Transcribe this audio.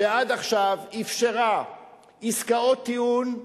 שעד עכשיו אפשרה עסקאות טיעון,